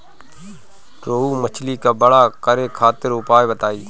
रोहु मछली के बड़ा करे खातिर उपाय बताईं?